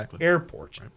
airports